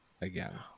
Again